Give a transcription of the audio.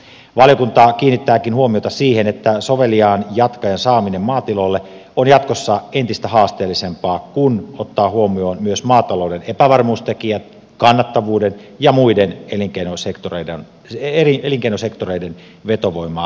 valiokunta kiinnittääkin huomiota siihen että soveliaan jatkajan saaminen maatiloille on jatkossa entistä haasteellisempaa kun otetaan huomioon myös maatalouden epävarmuustekijät kannattavuus ja muiden elinkeinosektoreiden vetovoimatekijät